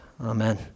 Amen